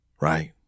Right